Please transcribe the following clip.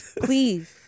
please